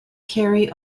carry